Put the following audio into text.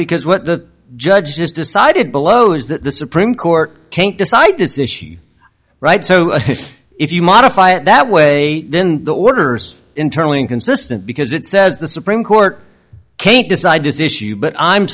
because what the judge has decided below is that the supreme court can't decide this issue right so if you modify it that way then the orders internally inconsistent because it says the supreme court can't decide this issue but i'm